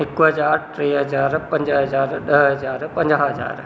हिकु हज़ार टे हजार पंज हज़ार ॾह हज़ार पंजाहु हज़ार